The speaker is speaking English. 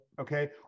okay